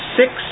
six